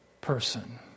person